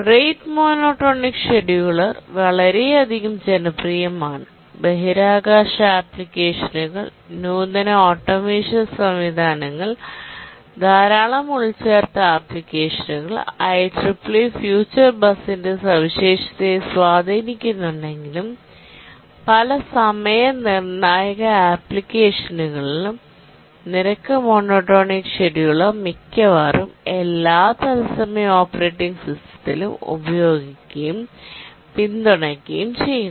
rate monotonic scheduler വളരെയധികം ജനപ്രിയമാണ് ബഹിരാകാശ ആപ്ലിക്കേഷനുകൾ നൂതന ഓട്ടോമേഷൻ സംവിധാനങ്ങൾ ധാരാളം എംബെഡഡ് ആപ്ലിക്കേഷനുകൾ IEEE ഫ്യൂച്ചർ ബസിന്റെ സവിശേഷതയെ സ്വാധീനിക്കുന്നുണ്ടെങ്കിലും പല സമയ നിർണായക ആപ്ലിക്കേഷനുകളിലും റേറ്റ് മോണോടോണിക് ഷെഡ്യൂളർ മിക്കവാറും എല്ലാ റിയൽ ടൈം ഓപ്പറേറ്റിംഗ് സിസ്റ്റത്തിലും ഉപയോഗിക്കുകയും പിന്തുണയ്ക്കുകയും ചെയ്യുന്നു